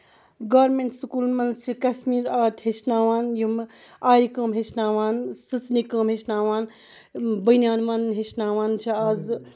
government سکوٗلن منٛز چھِ کَشمیٖر آرٹ ہیٚچھناوان یِم آرِ کٲم ہیٚچھناوان سِژنہِ کٲم ہیٚچھناوان بٔنیان وۄنٕنۍ ہیٚچھناوان چھِ آزٕ